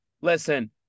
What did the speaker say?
Listen